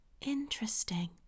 interesting